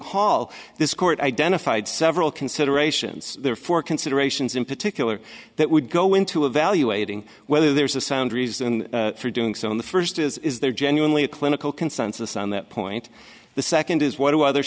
hall this court identified several considerations for considerations in particular that would go into evaluating whether there's a sound reason for doing so in the first is is there genuinely a clinical consensus on that point the second is what do other